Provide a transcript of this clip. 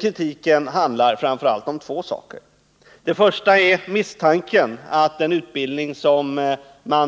Kritiken handlar framför allt om två saker. Den första är misstanken att den utbildning som regeringen